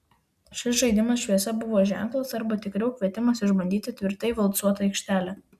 šis žaidimas šviesa buvo ženklas arba tikriau kvietimas išbandyti tvirtai valcuotą aikštelę